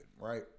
right